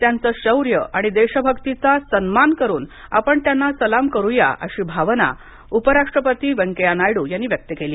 त्यांचं शौर्य आणि देशभक्तीचा सन्मान करून आपण त्यांना सलाम करूया अशी भावना उपराष्ट्रपती व्यंकैय्या नायड्र यांनी व्यक्त केली